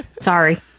sorry